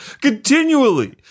continually